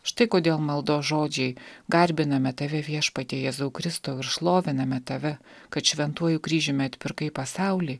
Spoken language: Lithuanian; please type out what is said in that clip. štai kodėl maldos žodžiai garbiname tave viešpatie jėzau kristau ir šloviname tave kad šventuoju kryžiumi atpirkai pasaulį